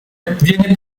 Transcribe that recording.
viene